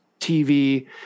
TV